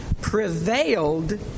prevailed